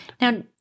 Now